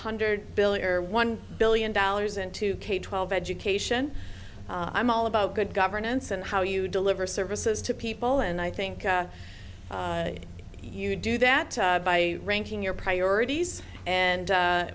hundred billion or one billion dollars into k twelve education i'm all about good governance and how you deliver services to people and i think you do that by ranking your priorities and